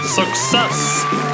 success